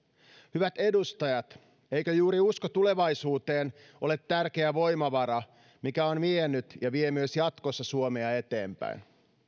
hyvät edustajat eikö juuri usko tulevaisuuteen ole tärkeä voimavara mikä on vienyt ja vie myös jatkossa suomea eteenpäin